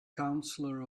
counselor